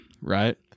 Right